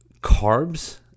carbs